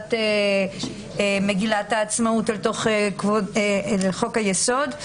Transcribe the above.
הכנסת מגילת העצמאות לתוך חוק היסוד.